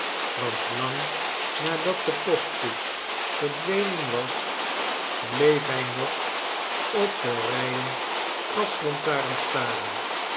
want lang nadat de postkoets verdwenen was bleef hij nog op de rijen gaslantarens staren